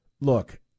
look